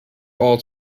all